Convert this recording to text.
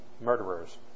murderers